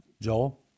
Joel